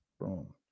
Boom